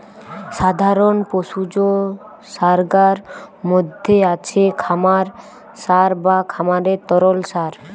সাধারণ পশুজ সারগার মধ্যে আছে খামার সার বা খামারের তরল সার